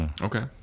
Okay